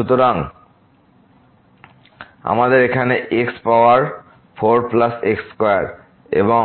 সুতরাং আমাদের এখানে আছে x power 4 plus x square এবং